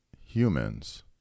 humans